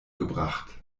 gebracht